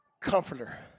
Comforter